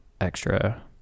extra